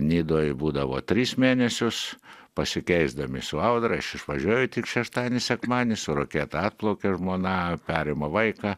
nidoj būdavo tris mėnesius pasikeisdami su audra aš išvažiuoju tik šeštadienį sekmadienį su raketa atplaukia žmona perima vaiką